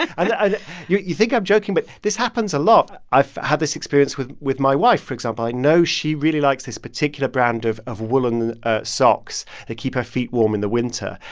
you you think i'm joking, but this happens a lot. i've had this experience with with my wife, for example. i know she really likes this particular brand of of woolen ah socks that keep her feet warm in the winter,